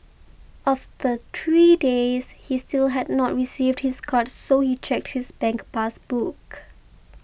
after three days he still had not received his card so he checked his bank pass book